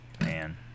man